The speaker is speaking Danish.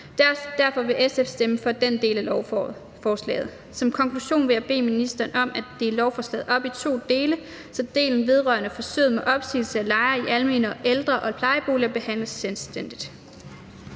Derfor vil SF stemme for den del af lovforslaget. Som konklusion vil jeg bede ministeren om at dele lovforslaget op i to dele, så delen vedrørende forsøget med opsigelse af lejere i almene ældre- og plejeboliger behandles selvstændigt.